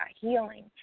healing